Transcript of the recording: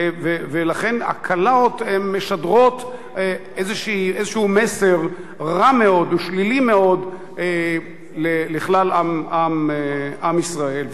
ולכן הקלות משדרות איזה מסר רע מאוד ושלילי מאוד לכלל עם ישראל.